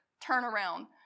turnaround